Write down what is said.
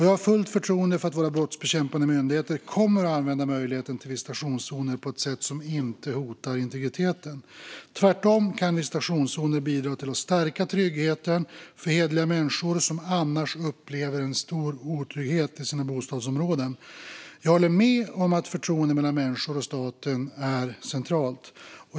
Jag har fullt förtroende för att våra brottsbekämpande myndigheter kommer att använda möjligheten till visitationszoner på ett sätt som inte hotar integriteten. Tvärtom kan visitationszoner bidra till att stärka tryggheten för hederliga människor som annars upplever en stor otrygghet i sina bostadsområden. Jag håller med om att förtroende mellan människor och staten är centralt.